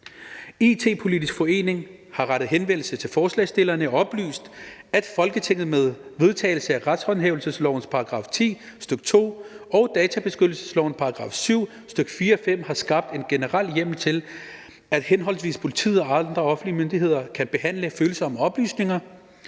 IT-Politisk forening har rettet henvendelse til forslagsstillerne og oplyst, at Folketinget med vedtagelsen af retshåndhævelseslovens § 10, stk. 2, og databeskyttelseslovens § 7, stk. 4 og 5, har skabt en generel hjemmel til, at henholdsvis politiet og andre offentlige myndigheder kan behandle følsomme oplysninger,